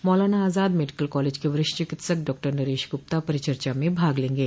मौलाना Azad medical college के वरिष्ठ चिकित्सक डॉक्टर नरेश गुप्ता परिचर्चा में भाग लेंगे